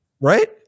Right